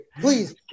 please